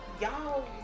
y'all